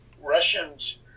Russians